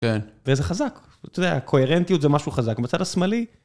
כן. וזה חזק, אתה יודע, הקוהרנטיות זה משהו חזק, ובצד השמאלי...